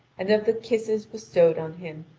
and of the kisses bestowed on him,